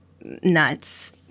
nuts